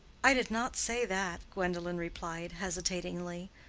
i did not say that, gwendolen replied, hesitatingly,